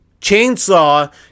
chainsaw